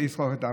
לשמוח איתם.